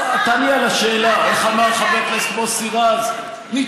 מה זה קשור?